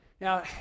Now